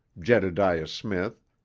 jedediah smith,